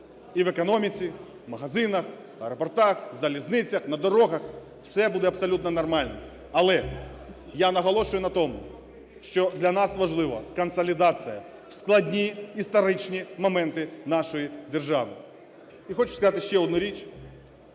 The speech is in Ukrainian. і в економіці, магазинах, аеропортах, залізницях, на дорогах, все буде абсолютно нормально. Але я наголошую на тому, що для нас важливо консолідація в складні історичні моменти нашої держави. І хочу сказати ще одну річ.